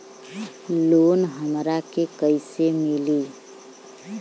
Loan हमरा के कईसे मिली?